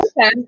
Okay